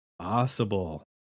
possible